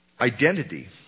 identity